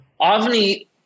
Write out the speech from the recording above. Avni